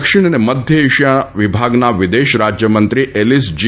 દક્ષિણ અને મધ્ય એશિયા વિભાગના વિદેશ રાજ્યમંત્રી એલીસ જી